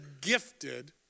gifted